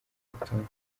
rutonde